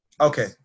okay